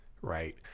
right